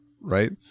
right